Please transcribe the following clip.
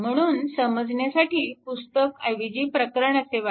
म्हणून समजण्यासाठी पुस्तक ऐवजी प्रकरण असे वाचा